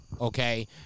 okay